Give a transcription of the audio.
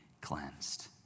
cleansed